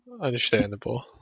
understandable